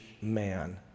man